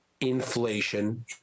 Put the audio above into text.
inflation